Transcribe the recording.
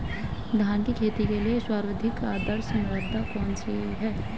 धान की खेती के लिए सर्वाधिक आदर्श मृदा कौन सी है?